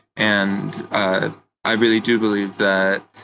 and i really do believe that,